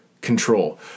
Control